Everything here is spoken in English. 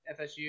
FSU